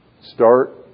Start